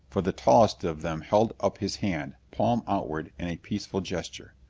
for the tallest of them held up his hand, palm outward, in a peaceful gesture.